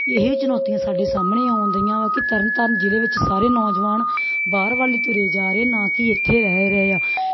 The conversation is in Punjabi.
ਇਹ ਚੁਣੌਤੀਆਂ ਸਾਡੇ ਸਾਹਮਣੇ ਆਉਣ ਦਈਆਂ ਵਾਂ ਕਿ ਤਰਨ ਤਾਰਨ ਜ਼ਿਲ੍ਹੇ ਵਿੱਚ ਸਾਰੇ ਨੌਜਵਾਨ ਬਾਹਰ ਵੱਲ ਹੀ ਤੁਰੇ ਜਾ ਰਹੇ ਨਾ ਕਿ ਇੱਥੇ ਰਹਿ ਰਹੇ ਆ